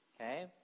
Okay